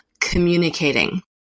communicating